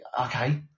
Okay